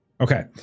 Okay